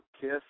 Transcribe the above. kiss